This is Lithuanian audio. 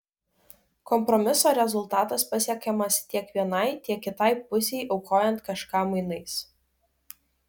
kompromiso rezultatas pasiekiamas tiek vienai tiek kitai pusei aukojant kažką mainais